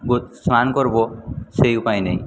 স্নান করব সেই উপায় নেই